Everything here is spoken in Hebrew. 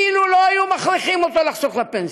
אילו לא היו מכריחים אותו לחסוך לפנסיה,